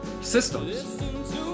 systems